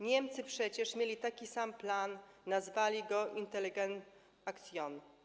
Niemcy przecież mieli taki sam plan, nazwali go Intelligenzaktion.